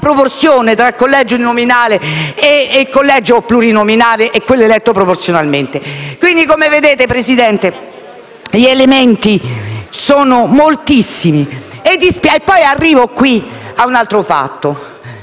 tra collegio nominale e collegio plurinominale e quello eletto proporzionalmente. Signor Presidente, gli elementi sono moltissimi e arrivo a un altro fatto.